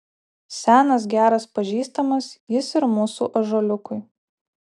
senas geras pažįstamas jis ir mūsų ąžuoliukui